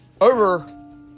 over